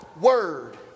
word